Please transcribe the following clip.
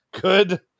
Good